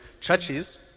churches